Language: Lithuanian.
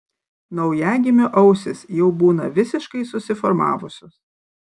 naujagimio ausys jau būna visiškai susiformavusios